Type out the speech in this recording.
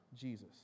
Jesus